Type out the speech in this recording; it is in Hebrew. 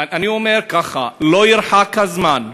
אני אומר ככה: לא ירחק הזמן שביישובים,